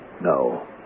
No